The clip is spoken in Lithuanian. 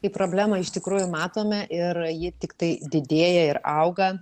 tai problemą iš tikrųjų matome ir ji tiktai didėja ir auga